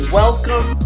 welcome